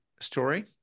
story